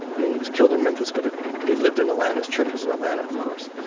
i mean, he was killed in memphis, but he lived in atlanta. his church was in atlanta, of course.